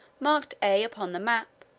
marked a upon the map,